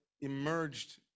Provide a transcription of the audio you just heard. emerged